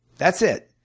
that's it.